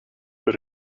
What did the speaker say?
but